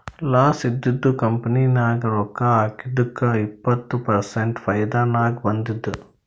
loss ಇದ್ದಿದು company ನಾಗ್ ರೊಕ್ಕಾ ಹಾಕಿದ್ದುಕ್ ಇಪ್ಪತ್ ಪರ್ಸೆಂಟ್ ಫೈದಾ ನಾಗ್ ಬಂದುದ್